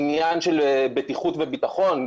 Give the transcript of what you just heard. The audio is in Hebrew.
עניין של בטיחות וביטחון,